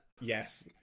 yes